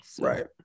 Right